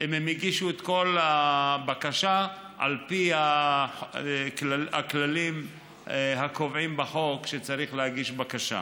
אם הגישו את כל הבקשה על פי הכללים הקובעים בחוק שצריך להגיש בקשה.